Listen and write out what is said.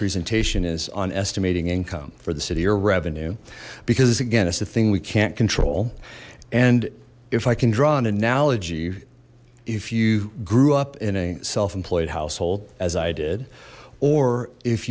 presentation is on estimating income for the city or revenue because it's again it's the thing we can't control and if i can draw an analogy if you grew up in a self employed household as i or if